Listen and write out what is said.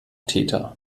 täter